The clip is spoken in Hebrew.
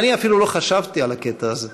אני אפילו לא חשבתי על הקטע הזה,